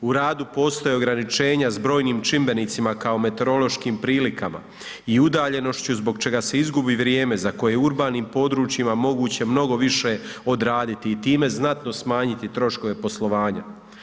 U radu postoje ograničenja s brojnim čimbenicima kao meteorološkim prilikama i udaljenošću zbog čega se izgubi vrijeme za koje je u urbanim područjima moguće mnogo više odraditi i time znatno smanjiti troškove poslovanja.